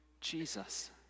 Jesus